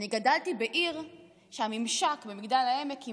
אני גדלתי בעיר, במגדל העמק,